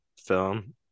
film